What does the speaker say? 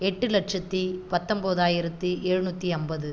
எட்டு லட்சத்தி பத்தொன்போதாயிரத்தி எழுநூற்றி ஐம்பது